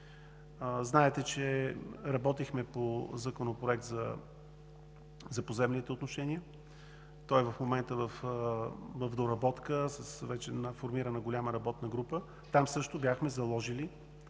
Знаете, че работихме по Законопроект за поземлените отношения. В момента е в доработка с вече формирана голяма работна група. Там също бяхме заложили